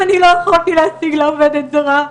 ואני לא יכולתי להשיג לה עובדת זרה,